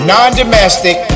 Non-domestic